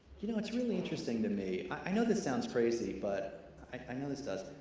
you know, it's really interesting to me. i know this sounds crazy but, i know this does,